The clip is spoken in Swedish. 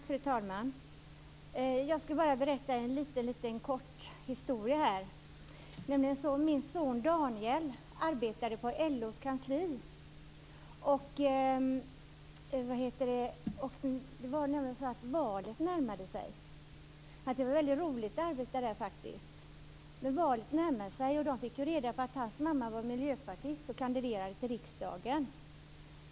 Fru talman! Jag skall bara berätta en kort historia här. Det är nämligen så att min son Daniel arbetade på LO:s kansli, och han tyckte faktiskt att det var väldigt roligt att arbeta där. Men valet närmade sig och man fick reda på att Daniels mamma var miljöpartist och kandiderade till riksdagen.